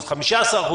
15%,